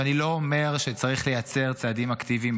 אני לא אומר שצריך לייצר צעדים אקטיביים,